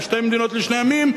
או שתי מדינות לשני עמים.